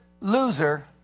loser